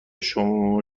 شامل